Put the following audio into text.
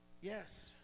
yes